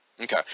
Okay